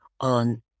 on